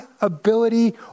ability